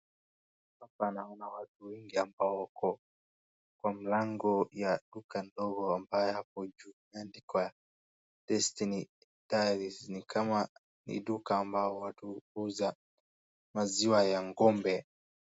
Hapa naona watu wengi ambao wako kwa mlango ya duka ndogo ambayo hapo juu imeandikwa Destiny Dairies ni kama ni duka ambayo watu huuza maziwa ya ng'ombe.